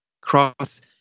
cross